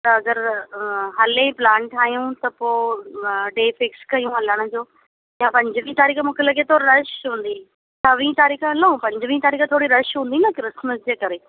त अगरि हले प्लान ठाहियूं त पोइ त डेट फिक्स कयूं हलण जो या पंजवीह तारीख़ मूंखे लॻे थो रश हूंदी छवीह तारीख़ हलूं पंजवीह तारीख़ थोरी रश हूंदी न क्रिसमस जे करे